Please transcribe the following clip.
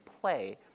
play